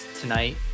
tonight